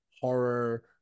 horror